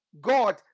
God